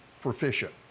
proficient